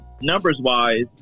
numbers-wise